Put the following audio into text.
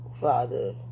Father